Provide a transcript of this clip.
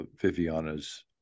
viviana's